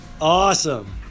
awesome